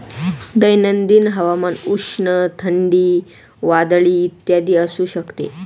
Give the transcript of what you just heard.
दैनंदिन हवामान उष्ण, थंडी, वादळी इत्यादी असू शकते